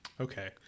Okay